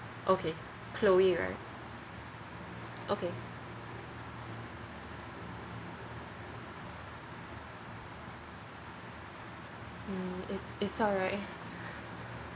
okay chloe right okay um it's it's alright